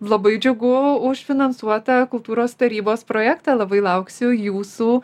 labai džiugu už finansuotą kultūros tarybos projektą labai lauksiu jūsų